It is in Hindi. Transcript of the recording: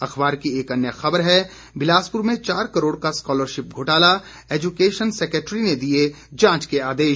अख़बार की एक अन्य ख़बर है बिलासपुर में चार करोड़ का स्कॉलरशिप घोटला एजुकेशन सेक्रेटरी ने दिए जांच के आदेश